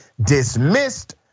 dismissed